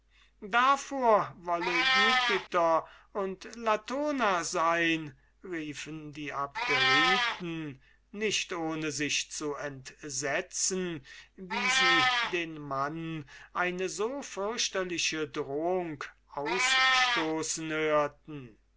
davor wolle jupiter und latona sein riefen die abderiten nicht ohne sich zu entsetzen wie sie den mann eine so fürchterliche drohung ausstoßen hörten